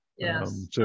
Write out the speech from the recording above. Yes